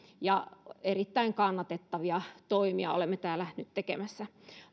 ja erittäin kannatettavia toimia olemme täällä nyt tekemässä